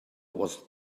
was